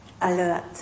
alert